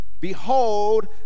Behold